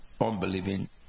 unbelieving